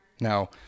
Now